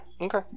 Okay